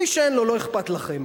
מי שאין לו, לא אכפת לכם.